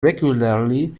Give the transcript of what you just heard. regularly